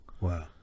wow